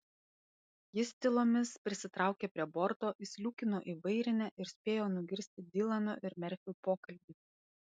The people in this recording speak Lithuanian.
jis tylomis prisitraukė prie borto įsliūkino į vairinę ir spėjo nugirsti dilano ir merfio pokalbį